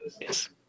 Yes